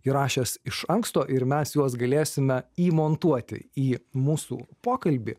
įrašęs iš anksto ir mes juos galėsime įmontuoti į mūsų pokalbį